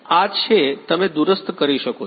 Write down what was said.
આ છે તમે દૂરસ્થ કરી શકો છો